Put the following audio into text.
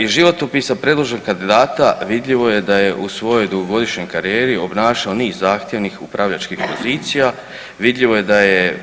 Iz životopisa predloženog kandidata vidljivo je da je u svojoj dugogodišnjoj karijeri obnašao niz zahtjevnih upravljačkih pozicija, vidljivo je da je